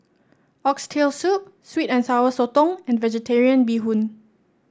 Oxtail Soup sweet and Sour Sotong and vegetarian Bee Hoon